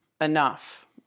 enough